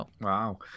Wow